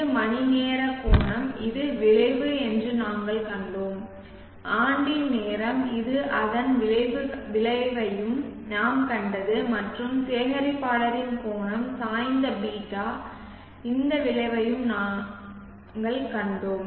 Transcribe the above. இது மணிநேர கோணம் இது விளைவு என்று நாங்கள் கண்டோம் ஆண்டின் நேரம் இது அதன் விளைவையும் நாம் கண்டது மற்றும் சேகரிப்பாளரின் கோணம் சாய்ந்த β இந்த விளைவையும் நாங்கள் கண்டோம்